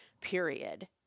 period